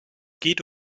geht